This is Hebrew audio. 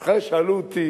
אחר כך שאלו אותי